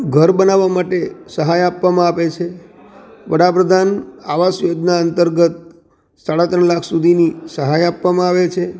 ઘર બનાવવા માટે સહાય આપવામાં આપે છે વડાપ્રધાન આવાસ યોજના અંતર્ગત સાડા ત્રણ લાખ સુધીની સહાય આપવામાં આવે છે